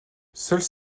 seules